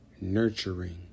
nurturing